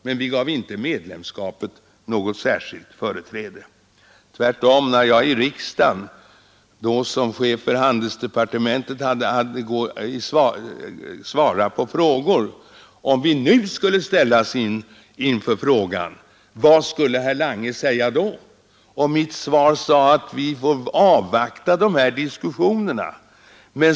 Men vi gav inte medlemskapet något särskilt företräde; tvärtom. När jag som chef för handelsdepartementet hade att i riksdagen svara på frågor i detta ärende, blev mitt svar att vi fick avvakta diskussionerna.